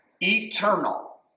eternal